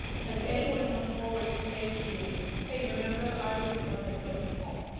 has anyone come forward to say to you hey, remember, i was the one that drove you home?